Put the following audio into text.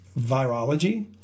virology